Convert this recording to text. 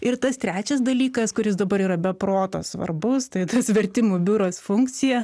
ir tas trečias dalykas kuris dabar yra be proto svarbus tai tas vertimų biuras funkcija